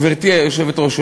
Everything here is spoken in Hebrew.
גברתי היושבת-ראש,